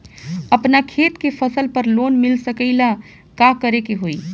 अपना खेत के फसल पर लोन मिल सकीएला का करे के होई?